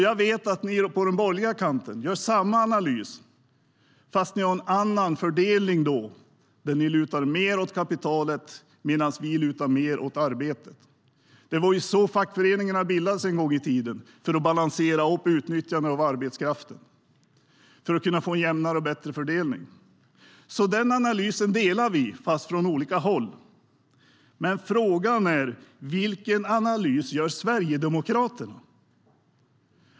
Jag vet att ni på den borgerliga kanten gör samma analys fast ni har en annan fördelning, där ni lutar mer åt kapitalet medan vi lutar mer åt arbetet. Det var så fackföreningarna bildades en gång i tiden, för att balansera utnyttjandet av arbetskraften och för att kunna få en jämnare och bättre fördelning. Den analysen delar vi, fast från olika håll.Frågan är: Vilken analys gör Sverigedemokraterna?